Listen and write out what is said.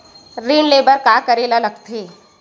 ऋण ले बर का करे ला लगथे?